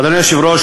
אדוני היושב-ראש,